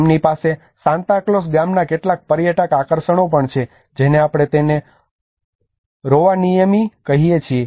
તેમની પાસે સાન્તાક્લોઝ ગામના કેટલાક પર્યટક આકર્ષણો પણ છે જેને આપણે તેને રોવાનિએમી કહીએ છીએ